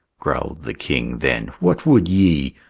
growled the king then, what would ye?